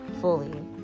fully